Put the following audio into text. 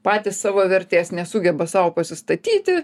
patys savo vertės nesugeba sau pasistatyti